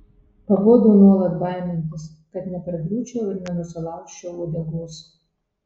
pabodo nuolat baimintis kad nepargriūčiau ir nenusilaužčiau uodegos